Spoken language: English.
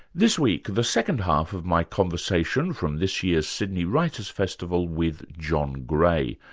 this week, the second half of my conversation from this year's sydney writers' festival with john gray,